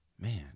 Man